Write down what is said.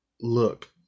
Look